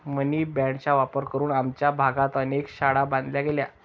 मनी बाँडचा वापर करून आमच्या भागात अनेक शाळा बांधल्या गेल्या